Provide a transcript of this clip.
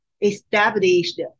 established